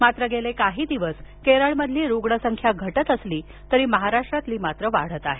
मात्र गेले काही दिवस केरळ मधली रुग्ण संख्या घटत असली तरी महाराष्ट्रातील मात्र वाढत आहे